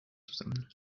zusammen